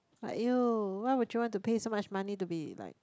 !aiyo! why will you want to pay so much money to be like